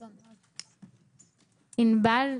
ענבל,